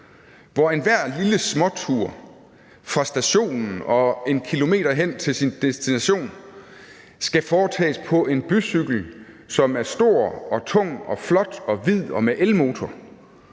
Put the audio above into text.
hvor enhver lille småtur fra stationen og en kilometer hen til en destination skal foretages på en bycykel, som er stor og tung og flot og hvid og med elmotor,